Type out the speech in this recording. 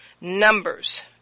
Numbers